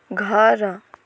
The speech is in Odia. ଘର